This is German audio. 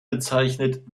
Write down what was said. bezeichnet